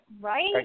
Right